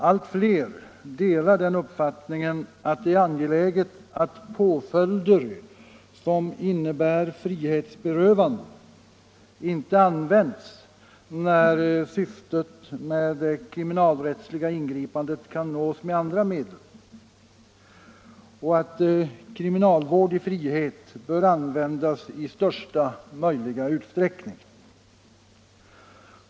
Allt fler delar den uppfattningen att det är angeläget att påföljder som innebär frihetsberövande inte används när syftet med det kriminalrättsliga ingripandet kan nås med andra medel, och att kriminalvård i frihet bör användas i största möjliga utsträckning.